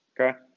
okay